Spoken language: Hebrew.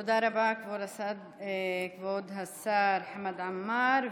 תודה רבה, כבוד השר חמד עמאר.